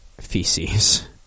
feces